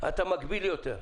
אתה מגביל יותר.